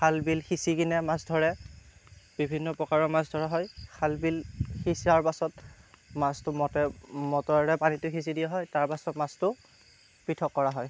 খাল বিল সিঁচি কিনে মাছ ধৰে বিভিন্ন প্ৰকাৰৰ মাছ ধৰা হয় খাল বিল সিঁচাৰ পাছত মাছটো মটৰেৰে পানীটো সিঁচি দিয়া হয় তাৰপাছত মাছটো পৃথক কৰা হয়